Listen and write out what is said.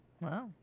Wow